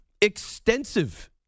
extensive